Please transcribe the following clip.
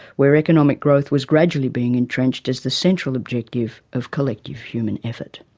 where economic growth was gradually being entrenched as the central objective of collective human effort.